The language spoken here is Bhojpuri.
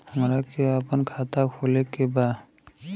हमरा के अपना खाता खोले के बा?